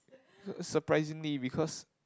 surprisingly because